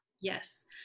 Yes